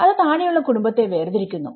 അത് താഴെ ഉള്ള കുടുംബത്തെ വേർതിരിക്കുന്നു